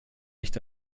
nicht